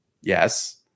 Yes